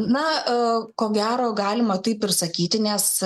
na ko gero galima taip ir sakyti nes